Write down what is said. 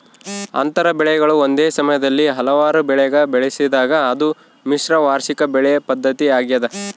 ಅಂತರ ಬೆಳೆಗಳು ಒಂದೇ ಸಮಯದಲ್ಲಿ ಹಲವಾರು ಬೆಳೆಗ ಬೆಳೆಸಿದಾಗ ಅದು ಮಿಶ್ರ ವಾರ್ಷಿಕ ಬೆಳೆ ಪದ್ಧತಿ ಆಗ್ಯದ